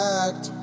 act